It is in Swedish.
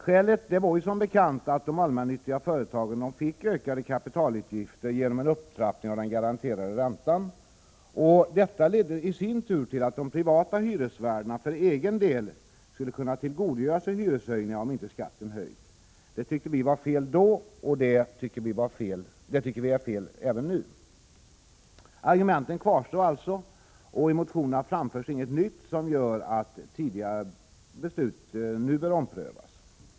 Skälet var som bekant att de allmännyttiga företagen fick ökade kapitalutgifter genom en upptrappning av den garanterade räntan, och detta ledde i sin tur till att de privata hyresvärdarna för egen del skulle kunna tillgodogöra sig hyreshöjningar om inte skatten höjdes. Vi tyckte att det var fel då, och vi tycker att det är fel även nu. Argumenten kvarstår alltså, och i motionerna framförs inte något nytt som gör att tidigare beslut nu bör omprövas.